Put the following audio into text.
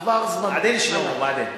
עבר זמנו, "בעדין", שלמה, "בעדין".